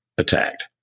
attacked